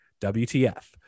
WTF